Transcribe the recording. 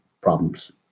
problems